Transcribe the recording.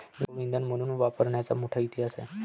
लाकूड इंधन म्हणून वापरण्याचा मोठा इतिहास आहे